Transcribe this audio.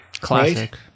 Classic